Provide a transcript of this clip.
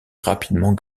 rapidement